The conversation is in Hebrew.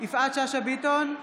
יפעת שאשא ביטון,